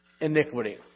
iniquity